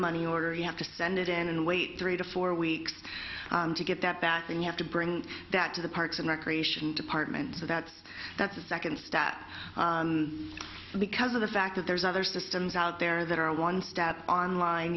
money order you have to send it in and wait three to four weeks to get that back and you have to bring that to the parks and recreation department so that's that second step because of the fact that there's other systems out there that are one step online